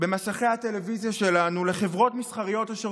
במסכי הטלוויזיה שלנו לחברות מסחריות אשר